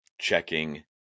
checking